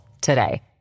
today